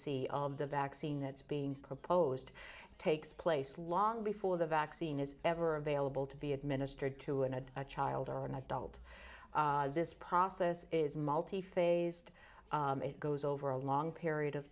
of the vaccine that's being proposed takes place long before the vaccine is ever available to be administered to in a child or an adult this process is multi phased it goes over a long period of